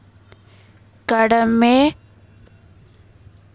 ಕಡಮಿ ಅವಧಿಗೆ ಇಡಿಗಂಟನ್ನು ಇಡಲಿಕ್ಕೆ ಬರತೈತೇನ್ರೇ?